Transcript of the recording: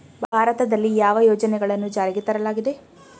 ಭಾರತದಲ್ಲಿ ಯಾವ ಯೋಜನೆಗಳನ್ನು ಜಾರಿಗೆ ತರಲಾಗಿದೆ?